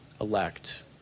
elect